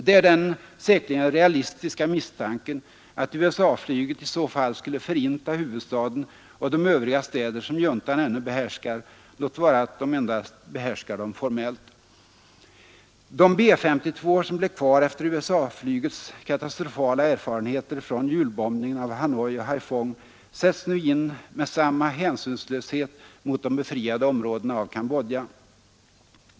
Det är den säkerligen realistiska misstanken att USA flyget i så fall skulle förinta huvudstaden och de övriga städer som juntan ännu behärskar, låt vara endast formellt. De B-S2:or som blev kvar efter USA-flygets katastrofala erfarenheter från julbombningen av Hanoi och Haiphong sätts nu in med samma hänsynslöshet mot de befriade områdena av Kambodja.